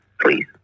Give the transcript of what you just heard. Please